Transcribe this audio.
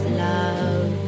love